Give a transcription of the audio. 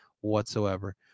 whatsoever